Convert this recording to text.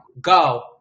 Go